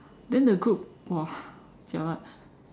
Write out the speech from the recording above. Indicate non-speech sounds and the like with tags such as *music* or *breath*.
then the group !wah! *breath* jialat